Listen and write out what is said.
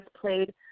played